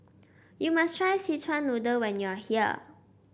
you must try Szechuan Noodle when you are here